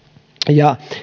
ja